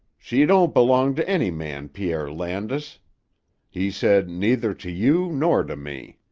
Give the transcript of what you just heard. she don't belong to any man, pierre landis he said, neither to you nor to me.